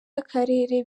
akarere